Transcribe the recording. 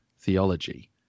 theology